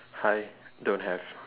hi don't have